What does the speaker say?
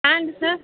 hand sir